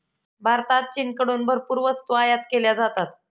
भारतात चीनकडून भरपूर वस्तू आयात केल्या जातात